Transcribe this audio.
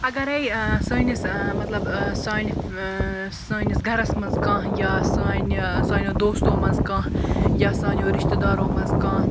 اَگَرے سٲنِس مَطلَب سانہِ سٲنِس گَرَس مَنٛز کانٛہہ یا سانیٚو دوستو مَنٛز کانٛہہ یا سانیٚو رِشتہٕ دارو مَنٛز کانٛہہ